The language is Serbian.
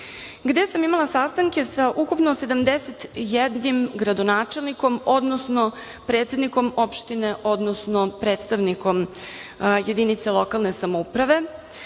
gde sam imala sastanke sa ukupno 71 gradonačelnikom, odnosno predsednikom opštine, odnosno predstavnikom jedinica lokalne samouprave